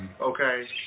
okay